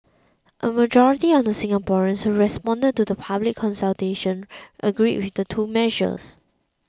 a majority of the Singaporeans who responded to the public consultation agreed with the two measures